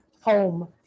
home